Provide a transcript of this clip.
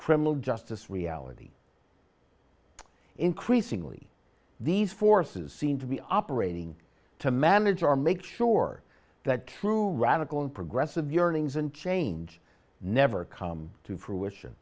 criminal justice reality increasingly these forces seem to be operating to manage our make sure that true radical and progressive yearnings and change never come to fruition